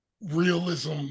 realism